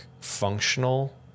functional